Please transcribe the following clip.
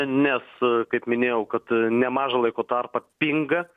nes kaip minėjau kad nemažą laiko tarpą pinga